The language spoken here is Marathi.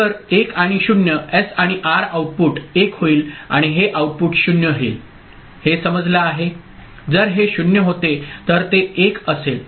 तर 1 आणि 0 एस आणि आर आउटपुट 1 होईल आणि हे आउटपुट 0 होईल हे समजलं आहे जर हे 0 होते तर ते 1 असेल